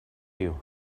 you